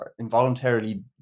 involuntarily